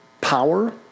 power